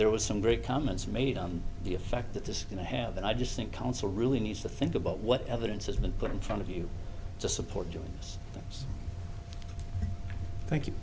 there was some great comments made on the effect that this is going to have that i just think council really needs to think about what evidence has been put in front of you to support you thank you